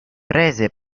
prese